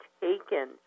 taken